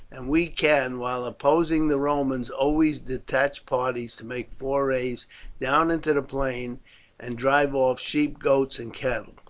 and we can, while opposing the romans, always detach parties to make forays down into plain and drive off sheep, goats, and cattle.